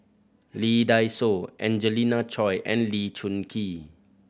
Lee Dai Soh Angelina Choy and Lee Choon Kee